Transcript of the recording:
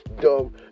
dumb